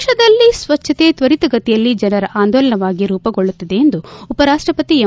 ದೇಶದಲ್ಲಿ ಸ್ವಜ್ಞತೆ ತ್ವರಿತಗತಿಯಲ್ಲಿ ಜನರ ಆಂದೋಲನವಾಗಿ ರೂಮಗೊಳ್ಳುತ್ತಿದೆ ಎಂದು ಉಪರಾಷ್ಟಪತಿ ಎಂ